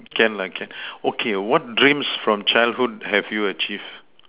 can lah can okay what dreams from childhood have you achieved